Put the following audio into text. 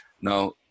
Now